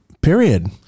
Period